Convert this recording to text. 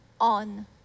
on